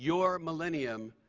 your millennium,